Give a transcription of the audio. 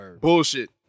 bullshit